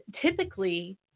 typically